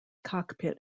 cockpit